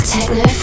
Techno